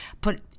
put